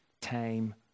time